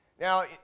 Now